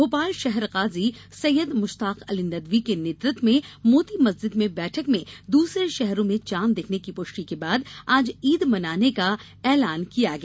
भोपाल शहर काजी सैयद मुश्ताक अली नदवी के नेतृत्व में मोती मस्जिद में बैठक में दूसरे शहरों में चांद दिखने की पुष्टि के बाद आज ईद मनाने का ऐलान किया गया